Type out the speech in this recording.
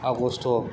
August